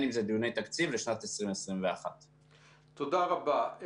אם זה דיוני תקציב לשנת 2021. תודה רבה.